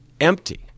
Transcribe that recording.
Empty